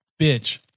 bitch